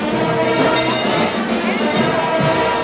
oh oh